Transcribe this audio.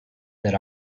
that